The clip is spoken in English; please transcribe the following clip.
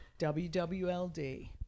WWLD